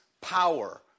Power